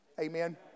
Amen